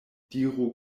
diru